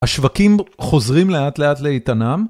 השווקים חוזרים לאט לאט לאיתנם.